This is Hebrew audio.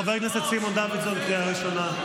חבר הכנסת סימון דוידסון, קריאה ראשונה.